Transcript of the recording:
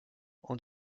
ont